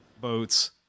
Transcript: boats